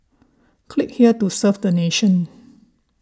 click here to serve the nation